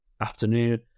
afternoon